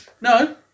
No